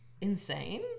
insane